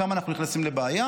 שם אנחנו נכנסים לבעיה.